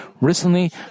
recently